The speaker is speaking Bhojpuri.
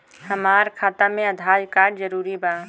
हमार खाता में आधार कार्ड जरूरी बा?